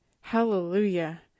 Hallelujah